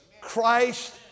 Christ